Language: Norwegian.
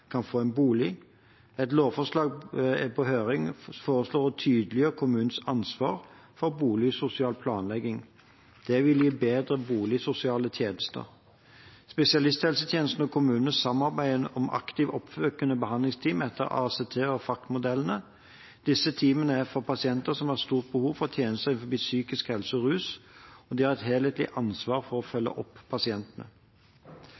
kan få en bolig. Et lovforslag som er på høring, foreslår å tydeliggjøre kommunenes ansvar for boligsosial planlegging. Det vil gi bedre boligsosiale tjenester. Spesialisthelsetjenesten og kommunene samarbeider om aktivt oppsøkende behandlingsteam etter ACT- og FACT-modellene. Disse teamene er for pasienter som har stort behov for tjenester innenfor psykisk helse og rus, og de har et helhetlig ansvar for å